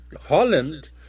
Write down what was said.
Holland